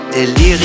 Delirium